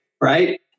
right